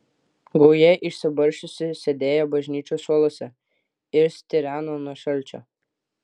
gauja išsibarsčiusi sėdėjo bažnyčios suoluose ir stireno nuo šalčio